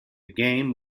game